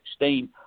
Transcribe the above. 2016